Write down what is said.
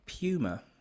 Puma